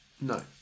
No